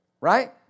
right